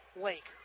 Lake